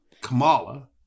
Kamala